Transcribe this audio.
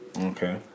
Okay